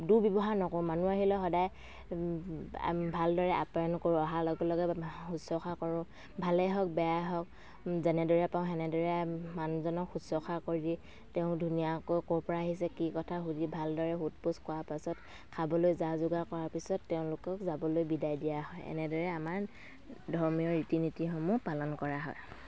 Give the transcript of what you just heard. দুৰ্ব্যৱহাৰ নকৰোঁ মানুহ আহিলে সদায় ভালদৰে আপ্যায়ন কৰোঁ অহাৰ লগে লগে শুশ্ৰূষা কৰোঁ ভালে হওক বেয়াই হওক যেনেদৰে পাৰোঁ সেনেদৰে আমি মানুহজনক শুশ্ৰূষা কৰি তেওঁ ধুনীয়াকৈ ক'ৰ পৰা আহিছে কি কথা সুধি ভালদৰে সোধ পোচ কৰাৰ পাছত খাবলৈ জা যোগাৰ কৰাৰ পিছত তেওঁলোকক যাবলৈ বিদায় দিয়া হয় এনেদৰে আমাৰ ধৰ্মীয় ৰীতি নীতিসমূহ পালন কৰা হয়